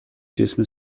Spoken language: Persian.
جسم